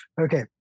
Okay